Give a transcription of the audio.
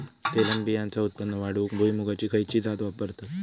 तेलबियांचा उत्पन्न वाढवूक भुईमूगाची खयची जात वापरतत?